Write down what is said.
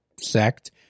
sect